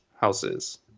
houses